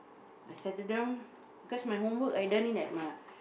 I settle down cause my homework I done in like my